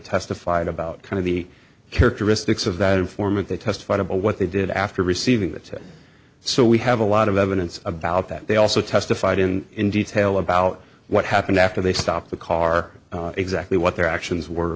testified about kind of the characteristics of that informant they testified about what they did after receiving that so we have a lot of evidence about that they also testified in in detail about what happened after they stopped the car exactly what their actions were